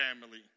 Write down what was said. family